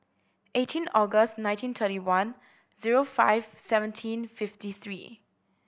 eighteen August nineteen thirty one zero five seventeen fifty three